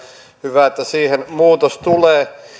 hyvä että siihen muutos tulee